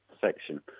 section